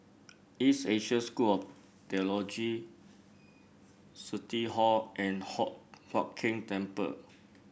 East Asia School or Theology City Hall and Hock Huat Keng Temple